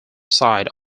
side